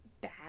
bad